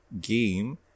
game